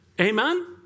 Amen